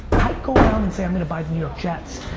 i go around and say i'm gonna buy the new york jets.